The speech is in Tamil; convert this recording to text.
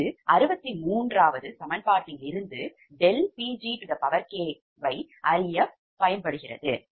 இது 63 சமன்பாட்டிலிருந்து ∆Pgk அறியப்படுகிறது